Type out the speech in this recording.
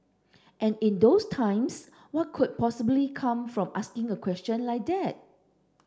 and in those times what could possibly come from asking a question like that